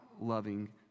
loving